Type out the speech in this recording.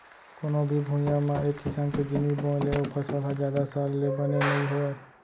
कोनो भी भुइंया म एक किसम के जिनिस बोए ले ओ फसल ह जादा साल ले बने नइ होवय